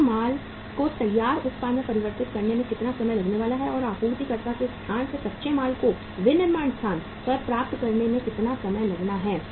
कच्चे माल को तैयार उत्पाद में परिवर्तित करने में कितना समय लगने वाला है और आपूर्तिकर्ता के स्थान से कच्चे माल को विनिर्माण के स्थान पर प्राप्त करने में कितना समय लगना है